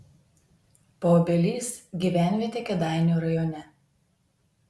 paobelys gyvenvietė kėdainių rajone